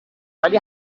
ولی